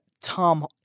Tom